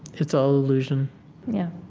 it's all illusion yeah.